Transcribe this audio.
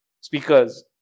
speakers